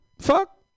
fuck